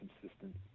consistent